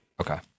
Okay